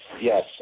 yes